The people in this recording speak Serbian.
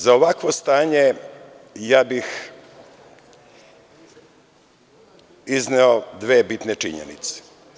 Za ovakvo stanje ja bih izneo dve bitne činjenice.